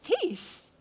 peace